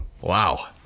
wow